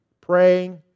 praying